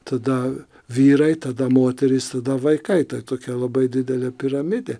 tada vyrai tada moterys tada vaikai tai tokia labai didelė piramidė